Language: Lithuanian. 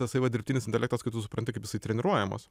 tasai va dirbtinis intelektas kai tu supranti kaip treniruojamas